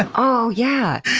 and ohhhh yeah!